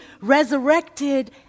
resurrected